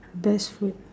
best food